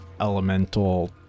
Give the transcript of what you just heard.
elemental